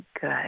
good